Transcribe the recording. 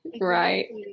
right